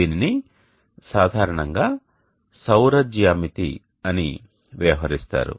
దీనిని సాధారణంగా "సౌర జ్యామితి" అని వ్యవహరిస్తారు